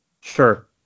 Sure